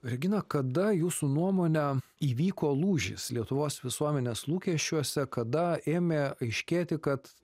regina kada jūsų nuomone įvyko lūžis lietuvos visuomenės lūkesčiuose kada ėmė aiškėti kad